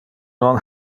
non